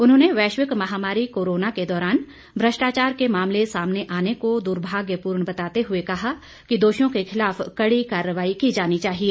उन्होंने वैश्विक महामारी कोरोना के दौरान भ्रष्टाचार के मामले सामने आने को दुर्भाग्यपूर्ण बताते हुए कहा कि दोषियों के खिलाफ कड़ी कार्रवाई की जानी चाहिए